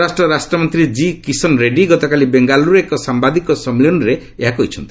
ସ୍ୱରାଷ୍ଟ୍ର ରାଷ୍ଟ୍ରମନ୍ତ୍ରୀ ଜି କିଷନ ରେଡ଼ୀ ଗତକାଲି ବେଙ୍ଗାଲ୍ରରେ ଏକ ସାମ୍ବାଦିକ ସମ୍ମିଳନୀରେ ଏହା କହିଛନ୍ତି